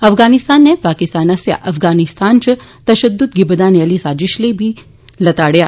अफगानिस्तान नै पाकिस्तान आस्सेआ अफगानिस्तान च तशुदत गी बदाने आली साजिश लेई बी लताड़ेआ